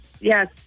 Yes